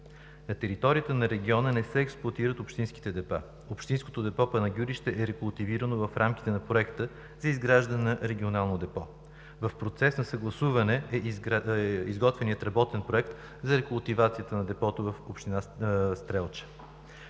На територията на региона не се експлоатират общинските депа. Общинското депо в Панагюрище е рекултивирано в рамките на Проекта за изграждане на регионално депо. В процес на съгласуване е изготвеният работен проект за рекултивацията на депото в община Стрелча.